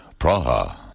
Praha